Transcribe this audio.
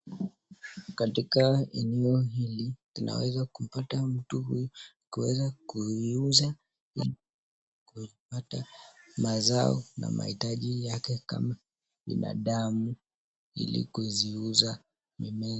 Katika eneo hili tunaweza kupata mtu huyu, kuweza kuiuza kupata mazao na maitaji yake kama, binadamu ili kuziuza.